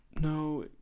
No